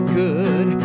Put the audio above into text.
good